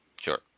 Sure